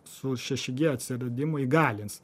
su šeši gie atsiradimu įgalins